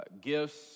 gifts